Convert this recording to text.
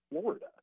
Florida